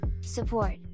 support